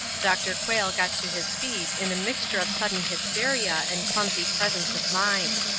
dr. quayle got to his feet in a mixture of sudden hysteria and clumsy presence of mind.